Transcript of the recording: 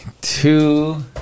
two